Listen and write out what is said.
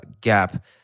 gap